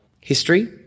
history